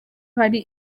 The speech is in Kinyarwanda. hari